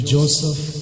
Joseph